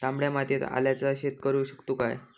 तामड्या मातयेत आल्याचा शेत करु शकतू काय?